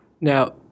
Now